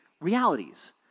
realities